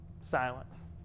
Silence